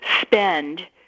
spend